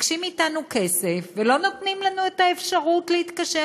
מבקשים מאתנו כסף ולא נותנים לנו את האפשרות להתקשר.